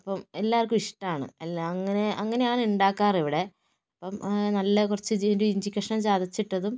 അപ്പം എല്ലാവര്ക്കും ഇഷ്ടമാണ് എല്ലാം അങ്ങനെ അങ്ങനെയാണ് ഉണ്ടാക്കാറ് ഇവിടെ അപ്പം നല്ല കുറച്ച് ഒരു ഇഞ്ചിക്കഷ്ണം ചതച്ചിട്ടതും